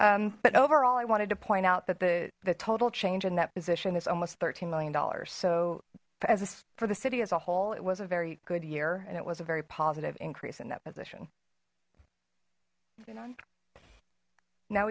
but overall i wanted to point out that the the total change in that position is almost thirteen million dollars so as for the city as a whole it was a very good year and it was a very positive increase in that position